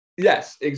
Yes